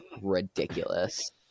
ridiculous